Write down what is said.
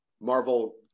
Marvel